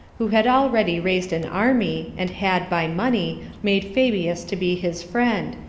who had already raised an army, and had, by money, made fabius to be his friend,